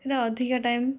ସେଇଟା ଅଧିକା ଟାଇମ୍